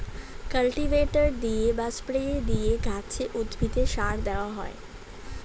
cultivator দিয়ে বা spray দিয়ে গাছে, উদ্ভিদে সার দেওয়া হয়